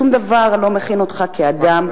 שום דבר לא מכין אותך כאדם,